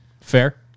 fair